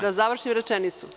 da završim rečenicu.